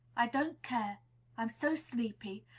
i don't care i'm so sleepy.